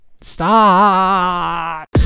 stop